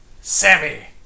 Sammy